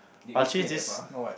I'll change this